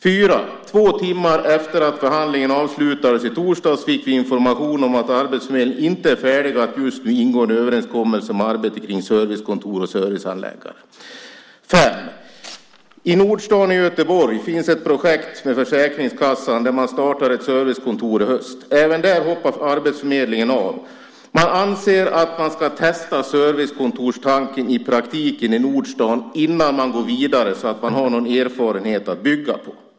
4. Två timmar efter det att förhandlingen avslutades i torsdags fick man information om att arbetsförmedlingen inte är färdig att just nu ingå en överenskommelse om arbete kring servicekontor och servicehandläggare. 5. I Nordstan i Göteborg finns ett projekt med Försäkringskassan där man startar ett servicekontor i höst. Även där hoppade arbetsförmedlingen av. Man anser att man ska testa servicekontorstanken i praktiken i Nordstan innan man går vidare så att man har någon erfarenhet att bygga på.